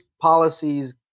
policies